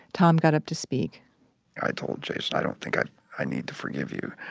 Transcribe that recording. tom got up to speak i told jason i don't think i i need to forgive you.